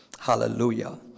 Hallelujah